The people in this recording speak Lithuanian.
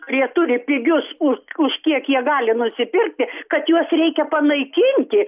kurie turi pigius u už kiek jie gali nusipirkti kad juos reikia panaikinti